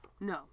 No